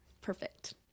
Perfect